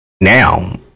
now